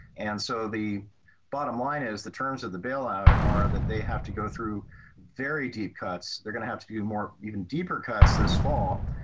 and so the bottom line is the terms of the bailout are that they have to go through very deep cuts they're going to have to do more, even deeper cuts this fall,